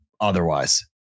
otherwise